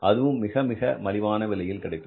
அதுவும் மிக மிக மலிவான விலையில் கிடைத்தது